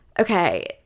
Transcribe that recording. Okay